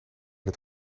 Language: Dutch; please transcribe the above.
het